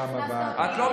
את לא מנהלת את הישיבה.